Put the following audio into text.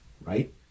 right